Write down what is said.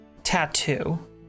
tattoo